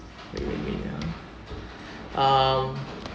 wait wait wait ah uh